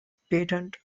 patent